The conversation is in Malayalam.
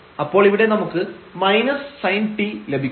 അപ്പോൾ ഇവിടെ നമുക്ക് sin t ലഭിക്കും